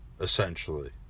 essentially